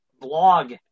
blog